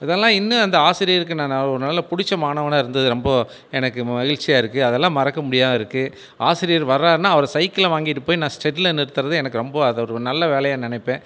அதெல்லாம் இன்னும் அந்த ஆசிரியருக்கு நான் ஒரு நல்ல பிடிச்ச மாணவனாக இருந்தது ரொம்ப எனக்கு மகிழ்ச்சியாக இருக்கு அதெல்லாம் மறக்க முடியாததா இருக்கு ஆசிரியர் வராருன்னா அவர் சைக்கிளை வாங்கிட்டு போய் நான் செட்டில் நிறுத்துறது எனக்கு ரொம்ப அது ஒரு நல்ல வேலையாக நெனைப்பேன்